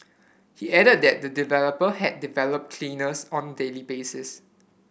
he added that the developer had deployed cleaners on a daily basis